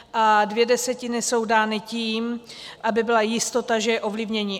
A dvě desetiny jsou dány tím, aby byla jistota, že je ovlivnění.